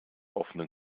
offenen